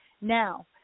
Now